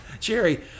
Jerry